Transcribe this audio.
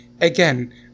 Again